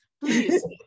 please